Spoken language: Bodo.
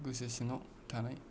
गोसो सिङाव थानाय